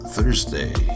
Thursday